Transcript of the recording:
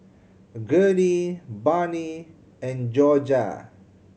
Gurney Barney and Jorja